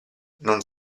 non